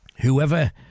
Whoever